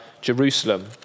Jerusalem